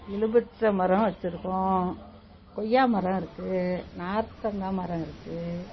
எலும்பிச்சை மரம் வச்சுருக்கோம் கொய்யாமரம் இருக்குது நார்த்தங்காய் மரம் இருக்குது